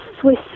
Swiss